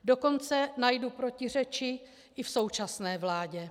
Dokonce najdu protiřeči i v současné vládě.